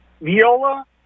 Viola